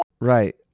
Right